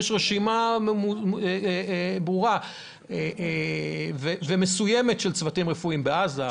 יש רשימה ברורה ומסוימת של צוותים רפואיים בעזה.